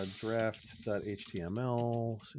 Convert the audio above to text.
draft.html